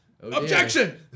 Objection